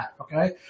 okay